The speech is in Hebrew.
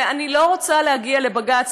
ואני לא רוצה להגיע לבג"ץ,